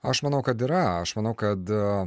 aš manau kad yra aš manau kad